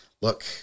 Look